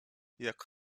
jak